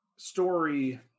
story